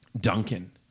Duncan